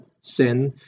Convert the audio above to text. sin